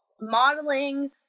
modeling